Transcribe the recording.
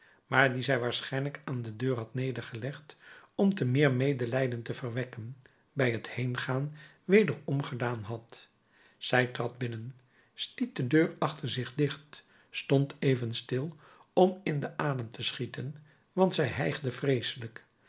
maar die zij waarschijnlijk aan de deur had nedergelegd om te meer medelijden te verwekken en bij t heengaan weder omgedaan had zij trad binnen stiet de deur achter zich dicht stond even stil om in den adem te schieten want zij hijgde vreeselijk